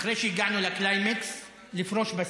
אחרי שהגענו לקליימקס, לפרוש בשיא.